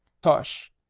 tush!